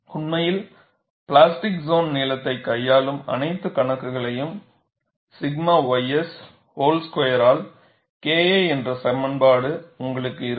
உண்மையில் plastic zone நீளத்தைக் கையாளும் அனைத்து கணக்குக்ளையும் 𝛔 ys வோல் ஸ்குயரால் KI என்ற சமன்பாடு உங்களுக்கு இருக்கும்